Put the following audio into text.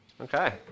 Okay